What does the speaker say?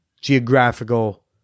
geographical